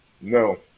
No